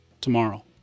tomorrow